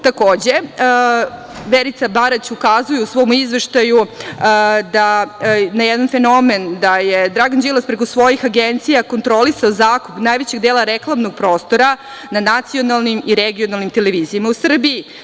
Takođe, Verica Barać, ukazuje u svom izveštaju na jedan fenomen, da je Dragan Đilas preko svojih agencija kontrolisao zakup najvećeg dela reklamnog prostora na nacionalnim i regionalnim televizijama u Srbiji.